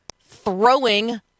throwing